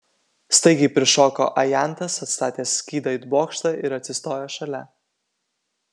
staigiai prišoko ajantas atstatęs skydą it bokštą ir atsistojo šalia